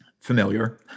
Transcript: familiar